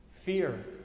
fear